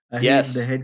Yes